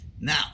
now